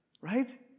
Right